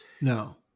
No